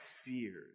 fears